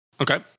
Okay